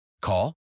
Call